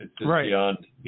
Right